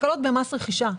הקלות במס רכישה.